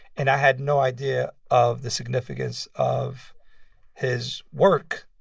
and i had no idea of the significance of his work,